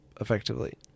effectively